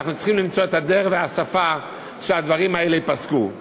אנחנו צריכים למצוא את הדרך והשפה שהדברים האלה ייפסקו.